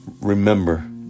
remember